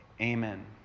amen